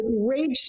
rage